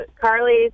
Carly